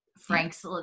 Frank's